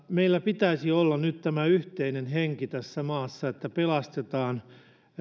meillä pitäisi olla nyt yhteinen henki tässä maassa että pelastetaan